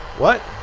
what?